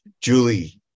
Julie